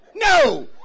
No